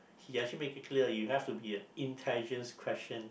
he actually make it clear it has to be a intelligence question